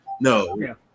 No